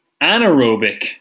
anaerobic